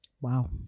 wow